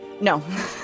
No